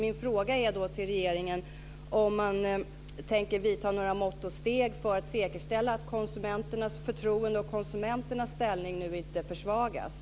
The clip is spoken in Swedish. Min fråga är då till regeringen om man tänker vidta några mått och steg för att säkerställa att konsumenternas förtroende och konsumenternas ställning inte försvagas.